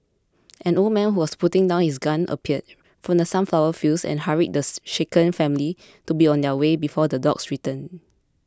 an old man who was putting down his gun appeared from the sunflower fields and hurried this shaken family to be on their way before the dogs return